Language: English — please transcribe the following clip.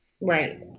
Right